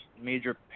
major